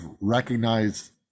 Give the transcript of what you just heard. recognize